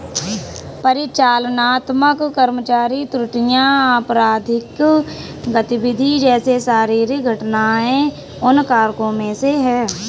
परिचालनात्मक कर्मचारी त्रुटियां, आपराधिक गतिविधि जैसे शारीरिक घटनाएं उन कारकों में से है